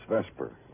Vesper